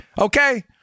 Okay